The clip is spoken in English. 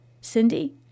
Cindy